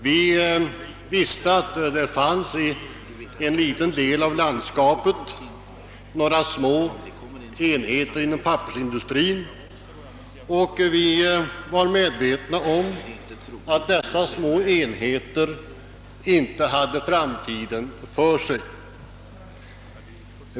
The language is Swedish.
Vi visste att det i en liten del av landskapet fanns några små enheter inom pappersindustrin och vi var medvetna om att dessa inte hade framtiden för sig.